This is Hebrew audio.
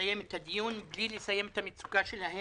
לסיים את הדיון בלי לסיים את המצוקה שלהם